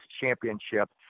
championship